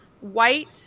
white